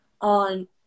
on